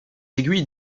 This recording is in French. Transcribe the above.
aiguilles